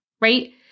right